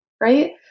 Right